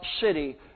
city